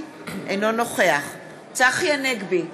אינו נוכח צחי הנגבי,